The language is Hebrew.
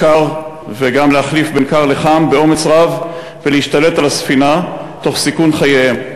קר וגם להחליף בין קר לחם באומץ רב ולהשתלט על הספינה תוך סיכון חייהם.